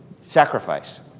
sacrifice